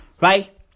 Right